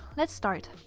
let's start.